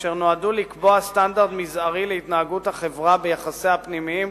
אשר נועדו לקבוע סטנדרט מזערי להתנהגות החברה ביחסיה הפנימיים